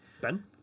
Ben